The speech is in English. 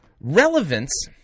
Relevance